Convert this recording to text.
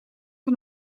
van